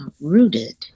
rooted